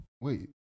Wait